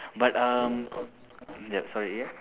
but um sorry yes